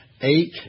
eight